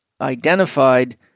identified